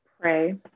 Pray